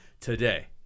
today